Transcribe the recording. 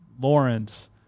Lawrence